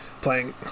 playing